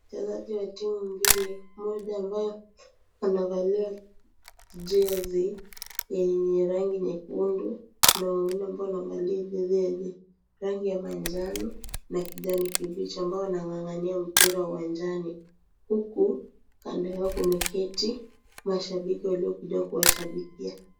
Wachezaji wa timu mbili, mmoja ambaye anavalia jezi yenye rangi nyekundu na mwingine ambao wamevalia jezi ya rangi ya manjano na kijani kibichi ambao wanang'ang'ania mpira uwanjani huku kando yao kumeketi mashabiki waliokuja kuwashabikia.